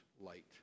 light